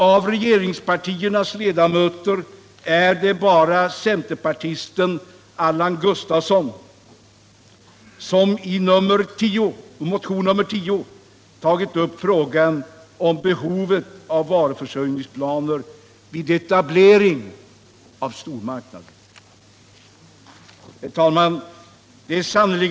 Av regeringspartiernas ledamöter är det bara centerpartisten Allan Gustafsson som, i motionen 10, tagit upp frågan om behovet av varuförsörjningsplaner vid etablering av stormarknader. Herr talman!